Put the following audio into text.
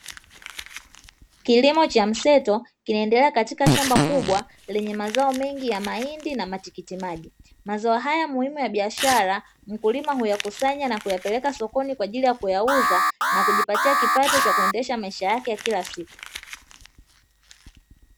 Kilimo cha mseto kinaendelea katika shamba kubwa lenye mazao mengi ya mahindi na matikimaji. Mazao haya muhimu ya biashara, mkulima huyakusanya na kupeleka sokoni kwa ajili ya kuyauza na kujipatia kipato cha kuendesha maisha yake ya kila siku.